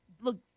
look